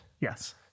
Yes